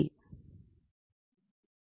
Glossary of Words சொற்களஞ்சியம்